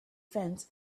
fence